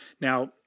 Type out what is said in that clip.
Now